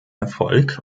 erfolg